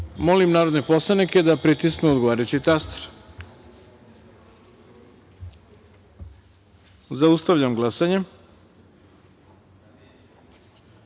narodne poslanike da pritisnu odgovarajući taster. Zaustavljam glasanje. Ukupno